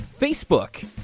Facebook